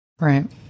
right